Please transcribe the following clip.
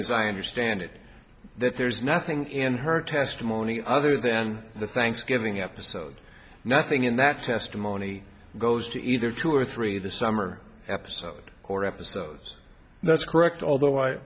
as i understand it that there's nothing in her testimony other than the thanksgiving episode nothing in that testimony goes to either two or three the summer episode or episodes that's correct although i